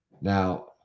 Now